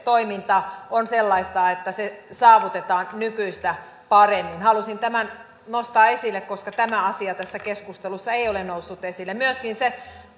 toiminta on sellaista että se saavutetaan nykyistä paremmin halusin tämän nostaa esille koska tämä asia tässä keskustelussa ei ole noussut esille myöskin siitä